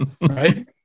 Right